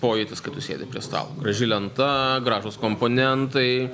pojūtis kad tu sėdi prie stalo graži lenta gražūs komponentai